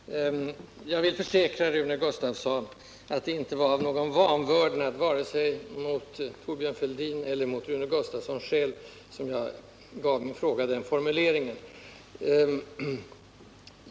Herr talman! Jag vill försäkra Rune Gustavsson att det inte var av någon vanvördnad vare sig mot Thorbjörn Fälldin eller mot Rune Gustavsson själv som jag formulerade mig på det sätt som jag gjorde.